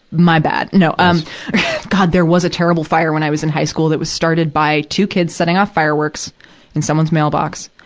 my bad. no! um god, there was a terrible fire when i was in high school that was started by two kids setting off fireworks in someone's mailbox.